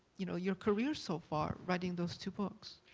you know your career so far, writing those two books.